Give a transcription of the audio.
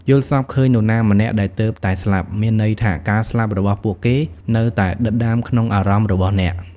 យល់សប្តិឃើញនណាម្នាក់ដែលទើបតែស្លាប់ មានន័យថាការស្លាប់របស់ពួកគេ នៅតែដិតដាមក្នុងអារម្មណ៍របស់អ្នក។